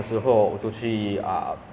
outside world current affairs